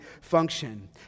function